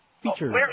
Features